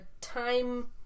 time